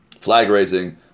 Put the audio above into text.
Flag-raising